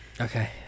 okay